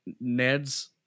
Ned's